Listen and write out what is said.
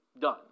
done